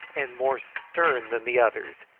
and more stern than the others,